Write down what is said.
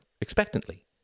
expectantly